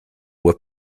were